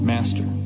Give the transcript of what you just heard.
Master